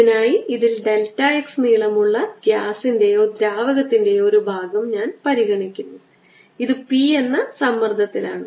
ഇതിനായി ഇതിൽ delta x നീളമുള്ള ഗ്യാസിന്റെയോ ദ്രാവകത്തിന്റെയോ ഒരു ഭാഗം ഞാൻ പരിഗണിക്കുന്നു ഇത് p എന്ന സമ്മർദ്ദത്തിലാണ്